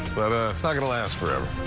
but it's not going to last forever.